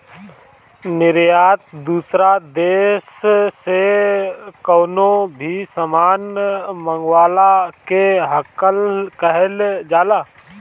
निर्यात दूसरा देस से कवनो भी सामान मंगवला के कहल जाला